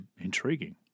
Intriguing